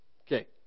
Okay